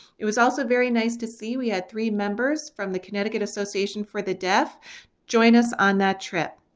it was also very nice to see we had three members from the connecticut association for the deaf join us on that trip.